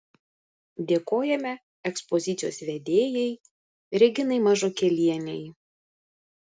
dėkojame ekspozicijos vedėjai reginai mažukėlienei